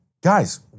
Guys